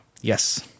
yes